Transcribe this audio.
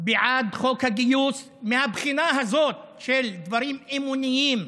בעד חוק הגיוס מהבחינה הזאת של דברים אמוניים,